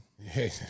Hey